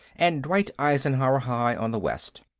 and dwight eisenhower high, on the west.